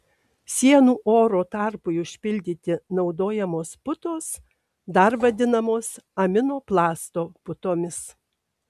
sienų oro tarpui užpildyti naudojamos putos dar vadinamos aminoplasto putomis